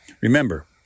remember